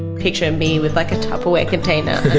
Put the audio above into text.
picture me with like a tupperware container